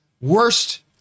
worst